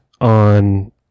on